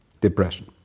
depression